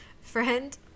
Friend